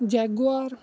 jaguar